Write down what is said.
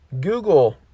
Google